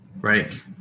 right